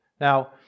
Now